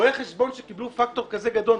רואי חשבון שקיבלו פקטור כזה גדול,